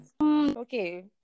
okay